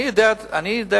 אני יודע על חריש,